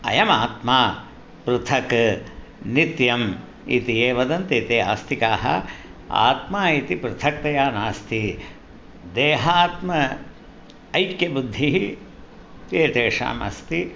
अयमात्मा पृथक् नित्यम् इति ये वदन्ति ते आस्तिकाः आत्मा इति पृथक्तया नास्ति देहात्म ऐक्यबुद्धिः ते तेषामस्ति